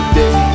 day